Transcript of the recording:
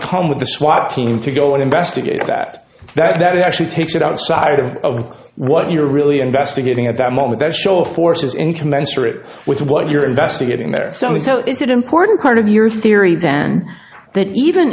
come with the swat team to go and investigate that that that actually takes it outside of what you're really investigating at that moment that show of force is in commensurate with what you're investigating there so much so it's an important part of your theory then that even